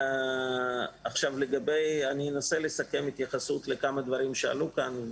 אני אנסה לסכם את ההתייחסות שלי לגבי הדברים שעלו כאן,